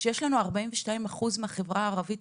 כש-42% מהחברה הערבית,